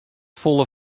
folle